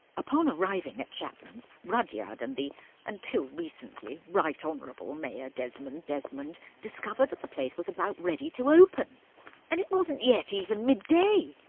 upon arriving at chapman's, rudyard, and the until recently right honourable mayor desmond desmond, discovered that the place was about ready to open and it wasn't yet even midday.